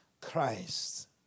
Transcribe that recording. Christ